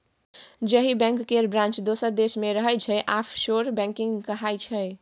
जाहि बैंक केर ब्रांच दोसर देश मे रहय छै आफसोर बैंकिंग कहाइ छै